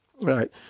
right